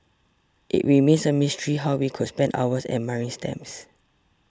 it remains a mystery how we could spend hours admiring stamps